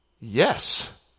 yes